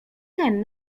ten